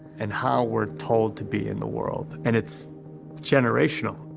and how we're told to be in the world. and it's generational.